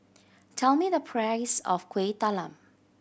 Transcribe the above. tell me the price of Kueh Talam